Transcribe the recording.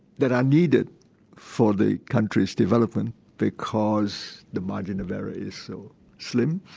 that are needed for the country's development because the margin of error is so slim.